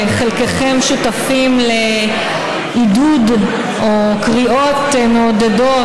חלקכם שותפים לעידוד או לקריאות מעודדות